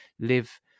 live